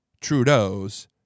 Trudeau's